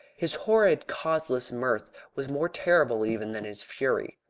his horrid causeless mirth was more terrible even than his fury.